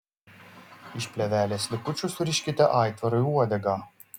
iš plėvelės likučių suriškite aitvarui uodegą